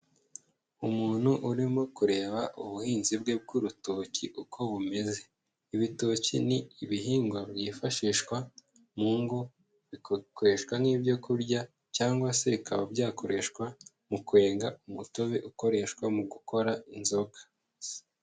Umuntu urimo kureba ubuhinzi bwe bw'urutoki uko bumeze, ibitoki ni ibihingwa byifashishwa mu ngo bikoreshwa nk'ibyo kurya cyangwa se bikaba byakoreshwa mu kwenga umutobe ukoreshwa mu gukora inzoga.